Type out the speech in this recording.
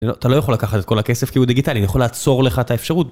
אתה לא יכול לקחת את כל הכסף כי הוא דיגיטלי, אני יכול לעצור לך את האפשרות.